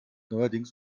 neuerdings